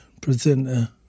presenter